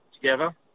together